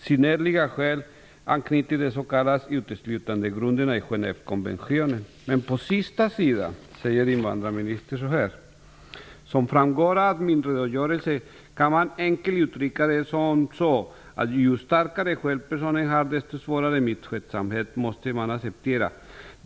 Synnerliga skäl anknyter till de s.k. uteslutandegrunderna i Genèvekonventionen." Men på sista sidan säger invandrarministern så här: "Som framgått av min redogörelse kan man enkelt uttrycka det som så att ju starkare skäl personen har desto svårare misskötsamhet måste man acceptera.